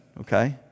okay